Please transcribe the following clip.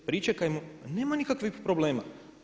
Pričekajmo, nema nikakvih problema.